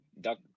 duck